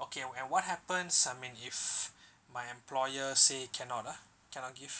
okay and what happens I mean if my employers say cannot ah cannot give